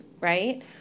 right